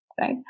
right